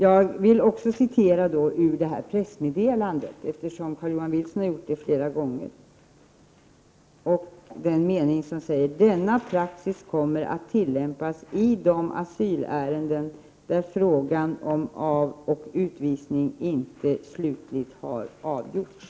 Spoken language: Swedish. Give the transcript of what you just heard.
Jag vill också citera ur pressmeddelandet, eftersom Carl-Johan Wilson har gjort det flera gånger: ”Denna praxis kommer att tillämpas i de asylärenden där frågan om aveller utvisning inte slutligt har avgjorts.”